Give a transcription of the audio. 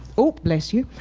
oh bless you.